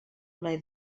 ple